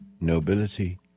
Nobility